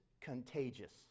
contagious